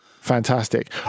fantastic